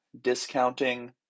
discounting